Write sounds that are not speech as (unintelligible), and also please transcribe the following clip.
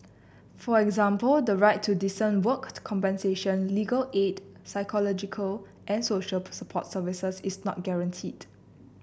for example the right to decent work compensation legal aid psychological and social (unintelligible) support services is not guaranteed